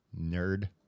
Nerd